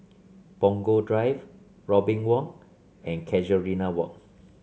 Punggol Drive Robin Walk and Casuarina Walk